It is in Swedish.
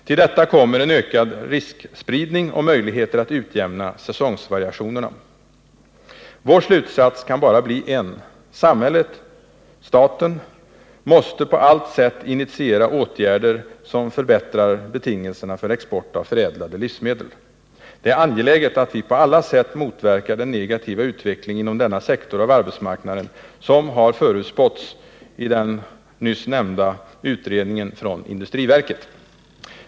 Till detta kommer en ökad riskspridning och möjligheter att utjämna säsongvariationerna. Vår slutsats kan bara bli en: Samhället, staten, måste på allt sätt initiera åtgärder som förbättrar betingelserna för export av förädlade livsmedel. Det är angeläget att vi på alla sätt motverkar den negativa utveckling inom denna sektor av arbetsmarknaden som har förutspåtts i den nyss nämnda utredningen från industriverket.